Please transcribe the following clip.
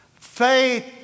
Faith